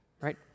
right